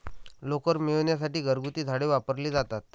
लोकर मिळविण्यासाठी घरगुती झाडे वापरली जातात